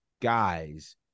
guys